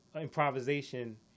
improvisation